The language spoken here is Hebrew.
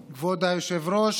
היושב-ראש.